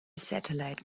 satellite